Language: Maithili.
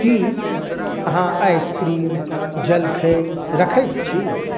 की अहाँ आइसक्रीम जलखै रखै छी